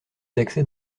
d’accès